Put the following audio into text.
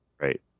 Right